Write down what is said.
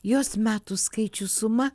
jos metų skaičių suma